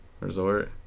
Resort